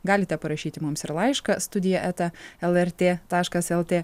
galite parašyti mums ir laišką studija eta lrt taškas lt